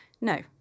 No